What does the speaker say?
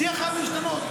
השיח חייב להשתנות.